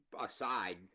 aside